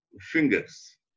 fingers